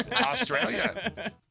Australia